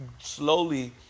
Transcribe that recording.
slowly